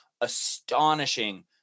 astonishing